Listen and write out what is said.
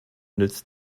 nützt